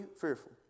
fearful